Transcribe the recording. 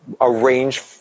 arrange